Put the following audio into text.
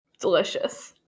Delicious